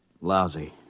Lousy